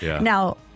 Now